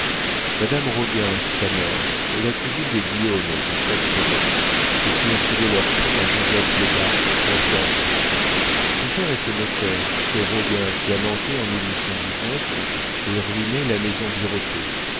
madame roguin sa mère est la cousine des guillaume du chat qui pelote et qui ont cédé leur fonds à joseph lebas leur gendre son père est ce notaire ce roguin qui a manqué en et ruiné la maison birotteau